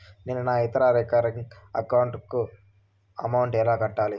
నేను నా ఇతర రికరింగ్ అకౌంట్ లకు అమౌంట్ ఎలా కట్టాలి?